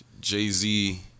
Jay-Z